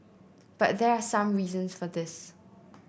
but there are some reasons for this